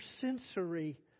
sensory